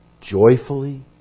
joyfully